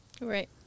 Right